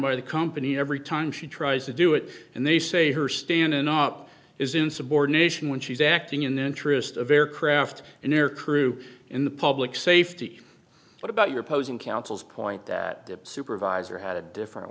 by the company every time she tries to do it and they say her standing up is insubordination when she's acting in the interest of aircraft and aircrew in the public safety what about your posing council's point that the supervisor had a different